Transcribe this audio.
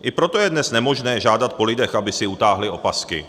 I proto je dnes nemožné žádat po lidech, aby si utáhli opasky.